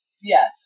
Yes